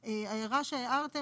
והשקליים,